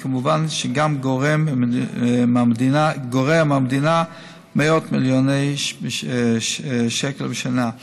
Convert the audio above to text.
וכמובן שזה גם גורע מהמדינה מאות מיליוני שקל בשנה.